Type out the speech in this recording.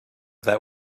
that